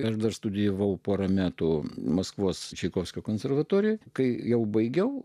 ir dar studijavau porą metų maskvos čaikovskio konservatorijoje kai jau baigiau